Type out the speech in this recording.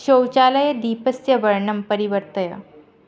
शौचालयदीपस्य वर्णं परिवर्तय